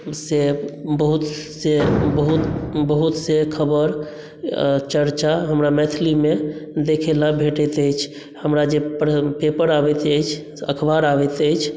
से बहुत से बहुत बहुत से खबर चर्चा हमरा मैथिलीमे देखय लेल भेटैत अछि हमरा जे पढ़ पेपर आबैत अछि जे अखबार आबैत अछि